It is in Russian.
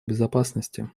безопасности